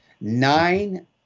nine